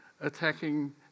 Attacking